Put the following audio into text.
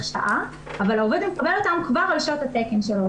שעה אבל העובד מקבל אותם כבר על שעות התקן שלו,